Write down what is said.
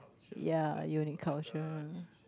ya unique culture